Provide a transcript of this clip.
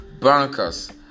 bankers